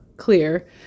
Clear